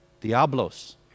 diablos